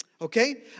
Okay